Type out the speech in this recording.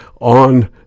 on